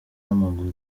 w’amaguru